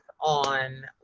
on